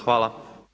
Hvala.